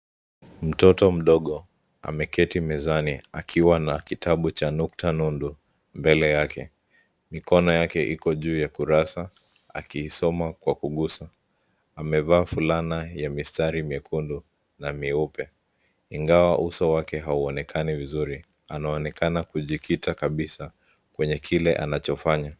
Mtoto mdogo ameketi mezani akiwa na kitabu cha nukta nundu mbele yake. Mikono yake iko juu ya kurasa akiisoma kwa kugusa. Amevaa fulana ya mistari mekundu na meupe. Ingawa uso wake hauonekani vizuri, anaonekana kujikita kabisa kwenye kile anachofanya.